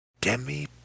Demi